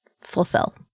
fulfill